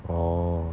oh